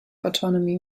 autonomy